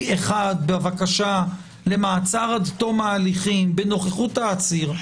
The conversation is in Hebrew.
אחד בבקשה למעצר עד תום ההליכים בנוכחות העציר,